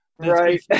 right